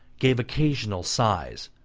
gave occasional sighs.